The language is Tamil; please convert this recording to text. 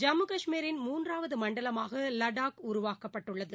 ஜம்மு கஷ்மீரின் மூன்றாவது மண்டலமாக லடாக் உருவாக்கப்பட்டுள்ளது